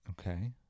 Okay